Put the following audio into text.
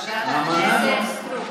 חברת הכנסת סטרוק,